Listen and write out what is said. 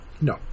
No